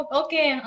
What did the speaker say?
okay